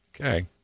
Okay